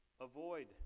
Avoid